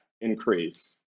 increase